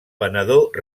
venedor